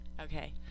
Okay